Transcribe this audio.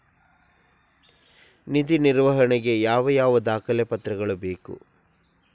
ನಿಧಿ ವರ್ಗಾವಣೆ ಗೆ ಯಾವ ಯಾವ ದಾಖಲೆ ಪತ್ರಗಳು ಬೇಕು?